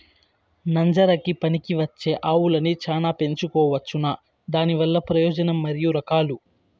నంజరకి పనికివచ్చే ఆవులని చానా పెంచుకోవచ్చునా? దానివల్ల ప్రయోజనం మరియు రకాలు?